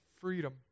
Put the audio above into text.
freedom